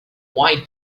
why